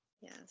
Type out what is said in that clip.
Yes